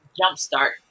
jumpstart